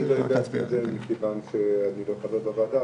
אני אומנם לא חבר בוועדה,